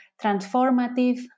transformative